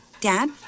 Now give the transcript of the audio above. Dad